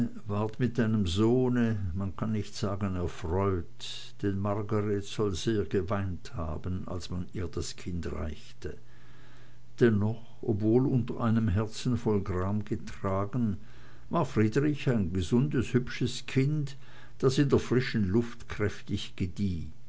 mit einem sohne man kann nicht sagen erfreut denn margreth soll sehr geweint haben als man ihr das kind reichte dennoch obwohl unter einem herzen voll gram getragen war friedrich ein gesundes hübsches kind das in der frischen luft kräftig gedieh